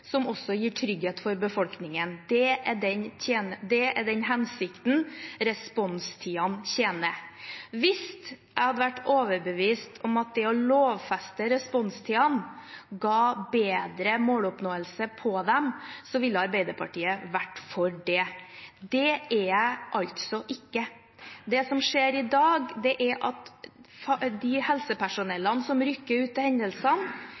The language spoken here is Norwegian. som også gir trygghet for befolkningen. Det er den hensikten responstidene tjener. Hvis jeg hadde vært overbevist om at det å lovfeste responstidene ga bedre måloppnåelse på dem, ville Arbeiderpartiet vært for det. Det er jeg altså ikke. Det som skjer i dag, er at det helsepersonellet som rykker ut til hendelsene,